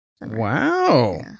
Wow